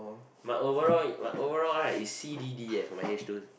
my overall my overall right is C D D eh for my H twos